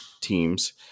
teams